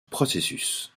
processus